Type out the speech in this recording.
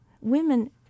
Women